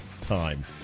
time